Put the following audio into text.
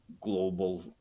global